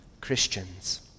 Christians